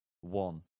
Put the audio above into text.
One